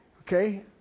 Okay